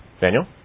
Daniel